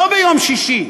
לא ביום שישי.